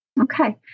Okay